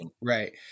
right